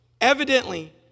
evidently